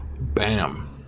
bam